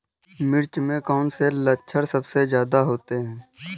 मिर्च में कौन से लक्षण सबसे ज्यादा होते हैं?